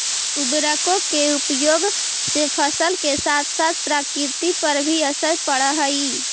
उर्वरकों के उपयोग से फसल के साथ साथ प्रकृति पर भी असर पड़अ हई